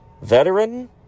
Veteran